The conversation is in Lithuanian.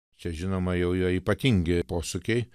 čia žinoma jau jo ypatingi posūkiai